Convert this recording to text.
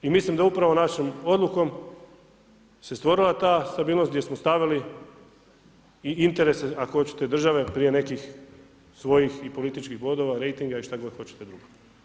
I mislim da upravo našom odlukom se stvorila ta stabilnost gdje smo stavili i interese, ako hoćete, države prije nekih svojih i političkih bodova, rejtinga i što god hoćete drugo.